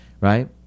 right